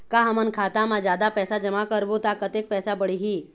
का हमन खाता मा जादा पैसा जमा करबो ता कतेक पैसा बढ़ही?